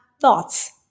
thoughts